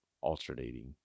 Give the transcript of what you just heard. alternating